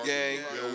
Gang